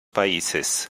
países